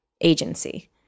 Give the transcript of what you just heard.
agency